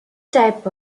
type